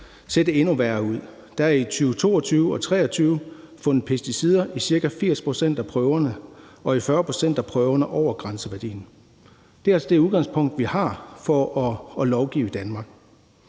ser det endnu værre ud. Der er i 2022 og 2023 fundet pesticider i ca. 80 pct. af prøverne og i 40 pct. af prøverne over grænseværdien. Det er altså det udgangspunkt, vi har for at lovgive i Danmark.